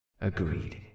Agreed